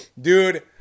Dude